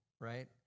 right